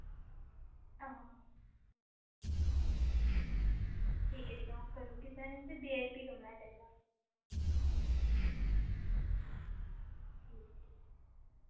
आहो ठीक ऐ ठीक ऐ आऊं करूड़गी सैंड ते बीआईपी कमरा चाहिदा ठीक ऐ ठीक